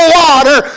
water